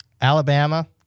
Alabama